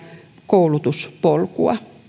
koulutuspolkua